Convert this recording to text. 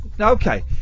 okay